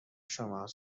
شماست